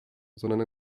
sondern